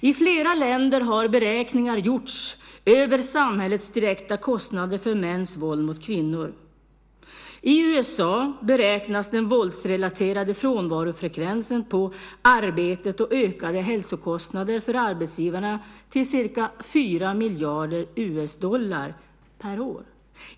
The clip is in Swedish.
I flera länder har beräkningar gjorts över samhällets direkta kostnader för mäns våld mot kvinnor. I USA beräknas den våldsrelaterade frånvarofrekvensen på arbetet och ökade hälsokostnader för arbetsgivarna till ca 4 miljarder US-dollar per år.